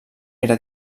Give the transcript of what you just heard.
era